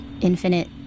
Infinite